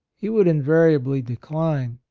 he would invariably decline.